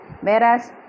whereas